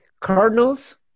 Cardinals